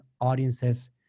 audiences